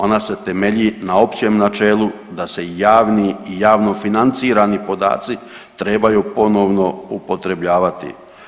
Ona se temelji na općem načelu da se javni i javno financirani podaci trebaju ponovno upotrebljavati.